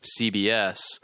CBS